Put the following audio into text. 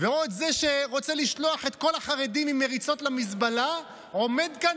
ועוד זה שרוצה לשלוח את כל החרדים עם מריצות למזבלה עומד כאן